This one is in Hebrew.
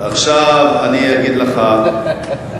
עכשיו אני אגיד לך,